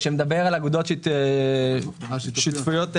מה שמשתקף שמנסים לעשות זה להגיד שאין דבר כזה התאגדות חקלאית,